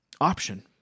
option